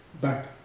back